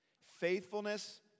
Faithfulness